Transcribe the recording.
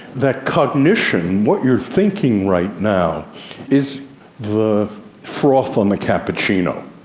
that cognition what you're thinking right now is the froth on the cappuccino.